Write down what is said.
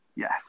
yes